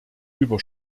über